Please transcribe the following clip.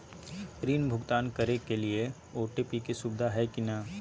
ऋण भुगतान करे के लिए ऑटोपे के सुविधा है की न?